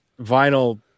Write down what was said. vinyl